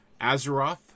Azeroth